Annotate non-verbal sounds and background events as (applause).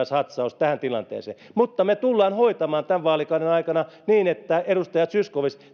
(unintelligible) satsaus tähän tilanteeseen me tulemme hoitamaan tämän vaalikauden aikana niin edustaja zyskowicz